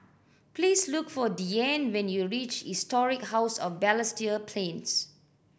please look for Deane when you reach Historic House of Balestier Plains